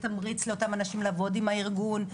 תמריץ לאותם אנשים לעבוד עם הארגון.